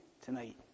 tonight